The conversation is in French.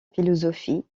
philosophie